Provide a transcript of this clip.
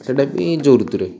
ସେଟା ବି ଯୋଉ ଋତୁରେ